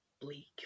bleak